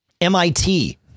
MIT